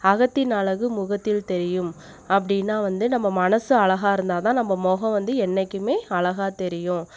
அகத்தின் அழகு முகத்தில் தெரியும் அப்படின்னா வந்து நம்ம மனசு அழகாக இருந்தால் தான் நம்ம முகம் வந்து என்றைக்குமே அழகாக தெரியும்